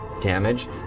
damage